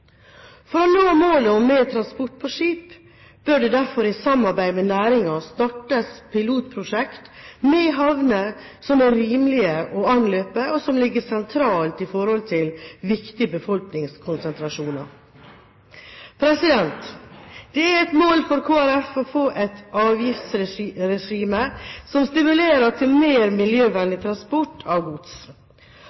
For å nå målet om mer transport på skip bør det derfor i samarbeid med næringen startes pilotprosjekt med havner som er rimelige å anløpe, og som ligger sentralt i forhold til viktige befolkningskonsentrasjoner. Det er et mål for Kristelig Folkeparti å få et avgiftsregime som stimulerer til mer